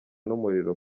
n’umuriro